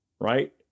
right